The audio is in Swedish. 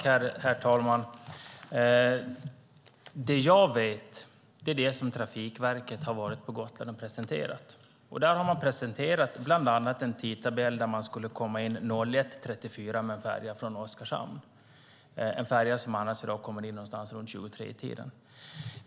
Herr talman! Det jag vet är det som Trafikverket har presenterat på Gotland. Där har de presenterat bland annat en tidtabell som innebär att man skulle komma in 01.34 med en färja från Oskarshamn, en färja som i dag kommer vid 23-tiden.